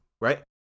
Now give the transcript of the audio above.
right